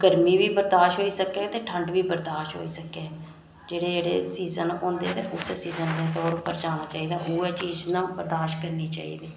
गर्मी बी बर्दाश्त होई सकै ते ठंड बी बर्दाश्त होई सकै ते जेह्ड़े जेह्ड़े सीज़न होंदे ते उस्सै सीज़न च जाना चाहिदा ते उ'ऐ चीज़ ना बर्दाश्त करना चाहिदी